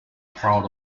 proud